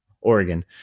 Oregon